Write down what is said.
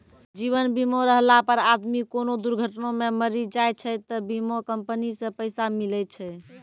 जीवन बीमा रहला पर आदमी कोनो दुर्घटना मे मरी जाय छै त बीमा कम्पनी से पैसा मिले छै